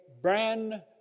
brand